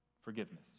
forgiveness